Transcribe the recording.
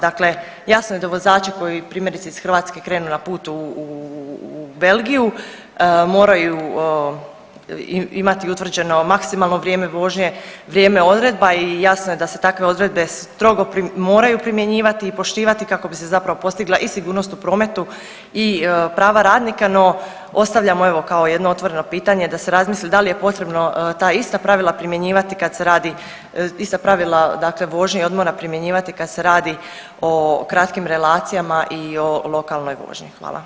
Dakle jasno je, do vozača koji primjerice, iz Hrvatske krene na put u Belgiju, moraju imati utvrđeno maksimalno vrijeme vožnje, vrijeme odredba i jasno je da se takve odredbe strogo moraju primjenjivati i poštivati, kako bi se zapravo postigla i sigurnost u prometu i prava radnika, no, ostavljamo evo, kao jedno otvoreno pitanje, da se razmisli, da li je potrebno ta ista pravila primjenjivati kad se radi, ista pravila dakle vožnje i odmora primjenjivati kad se radi o kratkim relacijama i o lokalnoj vožnji.